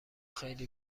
خیلی